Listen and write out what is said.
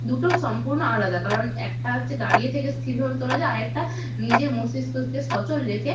দুটো সম্পূর্ণ আলাদা কারণ একটা হচ্ছে দাঁড়িয়ে থেকে স্থিরভাবে তোলা যায় আর একটা নিজের মস্তিষ্ককে সচল রেখে